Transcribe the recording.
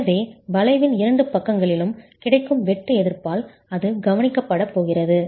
எனவே வளைவின் இரண்டு பக்கங்களிலும் கிடைக்கும் வெட்டு எதிர்ப்பால் அது கவனிக்கப்படப் போகிறது